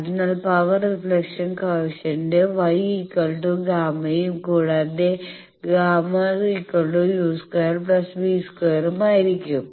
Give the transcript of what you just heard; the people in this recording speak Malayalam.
അതിനാൽ പവർ റിഫ്ലക്ഷൻ കോയെഫിഷ്യന്റ് γ Γ യും കൂടാതെ Γ¿u2 v2 ആയിരിക്കും